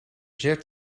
zit